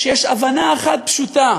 שיש הבנה אחת פשוטה,